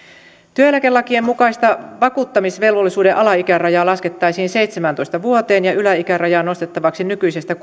työeläkelakien mukainen vakuuttamisvelvollisuuden alaikäraja laskettaisiin seitsemääntoista vuoteen ja yläikärajaa nostettaisiin nykyisestä